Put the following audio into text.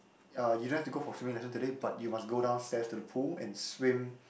uh you don't have to go for swimming lesson today but you must go downstairs to the pool and swim